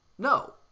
No